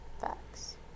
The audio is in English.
Facts